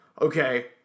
okay